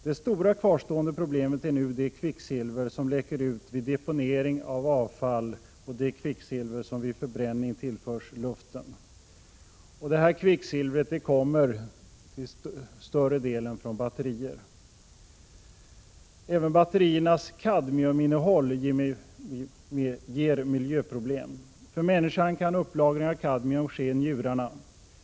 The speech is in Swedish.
Det stora kvarstående problemet är nu det kvicksilver som vid förbränning tillförs naturen. Detta kvicksilver kommer till större delen från batterier. Även batteriernas kadmiuminnehåll ger miljöproblem. För människan kan lagring av kadmium ske i njurarna.